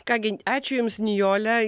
ką gi ačiū jums nijole